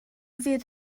fydd